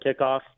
kickoff